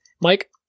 Mike